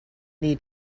need